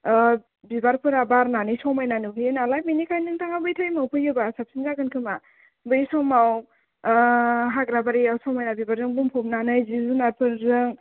बिबारफोरा बारनानै समायना नुहोयो नालाय बेनिखायनो नोंथाङा बै टाइमाव फैयोब्ला साबसिन जागोन खोमा बे समाव हाग्राबारियाव समायना बिबारजों बुंफबनानै जिब जुनारफोरजों